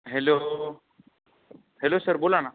hello hello sir बोला ना